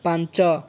ପାଞ୍ଚ